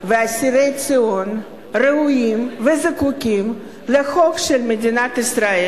ואסירי ציון ראויים וזקוקים לחוק של מדינת ישראל.